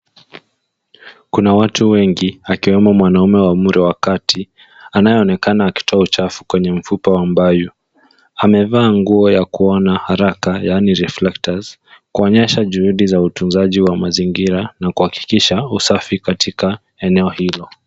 Kuna watu wengi akiwemo mwanaume wa umri wa kati anayeonekana akitoa uchafu kwenye mfupa wa mbayu. Amevaa nguo ya kuona haraka, yaani reflectors , kuonyesha juhudi za utunzaji wa mazingira na kuhakikisha usafi katika eneo hilo.